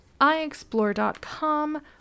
iexplore.com